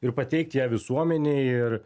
ir pateikt ją visuomenei ir